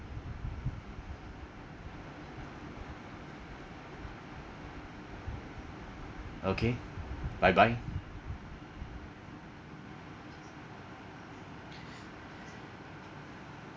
okay bye bye